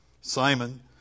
Simon